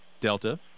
Delta